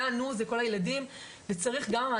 זה כל הילדים וצריך גם,